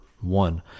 one